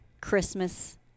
Christmas